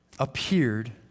appeared